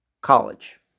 college